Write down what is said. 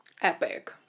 epic